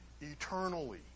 eternally